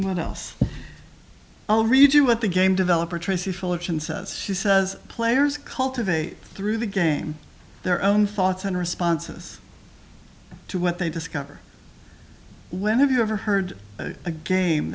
what else i'll read you what the game developer tracy says she says players cultivate through the game their own thoughts and responses to what they discover when have you ever heard a game